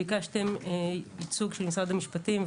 ביקשתם ייצוג של משרד המשפטים,